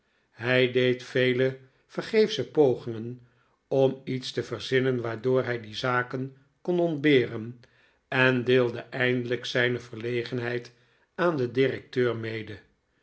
hij deed vele vergeefsche pogingen om iets te verzinnen waardoor hij die zaken kon ontberen en deelde eindelijk zijne verlegenheid aan den directeur mede